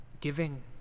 giving